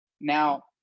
Now